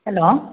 hello